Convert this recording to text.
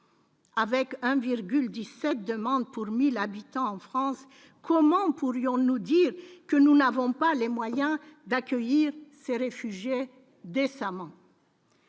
du Sud demande pour 1000 habitants en France, comment pourrions-nous dire que nous n'avons pas les moyens d'accueillir ces réfugiés décemment.